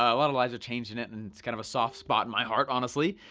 a lot of lives are changed in it, and it's kind of a soft spot in my heart, honestly.